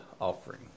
offering